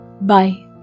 Bye